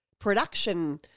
production